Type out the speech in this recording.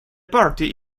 party